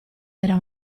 era